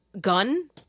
gun